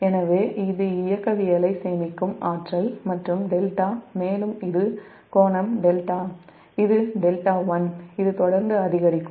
எனவே இது இயக்கவியலை சேமிக்கும் ஆற்றல் மற்றும் δ மேலும் இது கோணம் δ இது δ1 தொடர்ந்து அதிகரிக்கும்